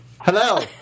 Hello